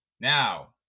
Now